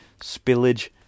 Spillage